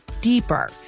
deeper